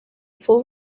full